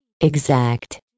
Exact